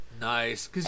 Nice